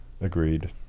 agreed